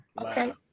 Okay